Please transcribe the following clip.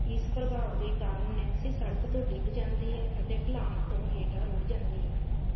ਇਸ ਪ੍ਰਭਾਵ ਦੇ ਕਾਰਨ ਨੈਂਨਸੀ ਸੜਕ ਤੋਂ ਡਿੱਗ ਜਾਂਦੀ ਹੈ ਅਤੇ ਢਲਾਨ ਤੋਂ ਹੇਠਾਂ ਰੁੜ ਜਾਂਦੀ ਹੈ